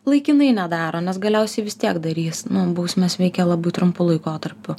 laikinai nedaro nes galiausiai vis tiek darys nu bausmės veikė labai trumpu laikotarpiu